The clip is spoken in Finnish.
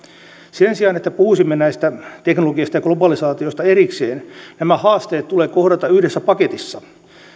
sen sijaan että puhuisimme näistä teknologiasta ja globalisaatiosta erikseen nämä haasteet tulee kohdata yhdessä paketissa